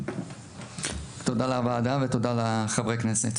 תודה רבה לכם.